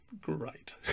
great